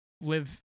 live